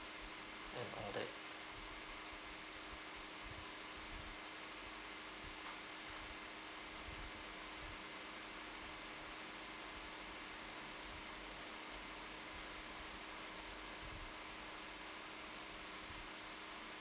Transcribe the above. and all that